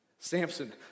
Samson